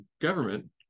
government